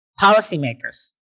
policymakers